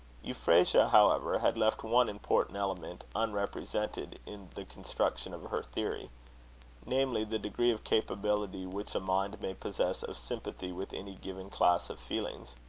euphrasia, however, had left one important element unrepresented in the construction of her theory namely, the degree of capability which a mind may possess of sympathy with any given class of feelings.